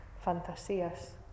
fantasías